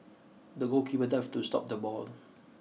the goalkeeper dived to stop the ball